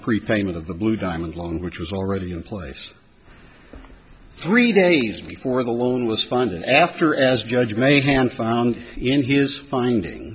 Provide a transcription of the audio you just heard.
repayment of the blue diamond loan which was already in place three days before the loan was fine after as judge may have found in his finding